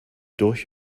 durch